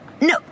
no